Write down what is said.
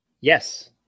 Yes